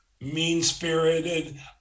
mean-spirited